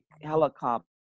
helicopter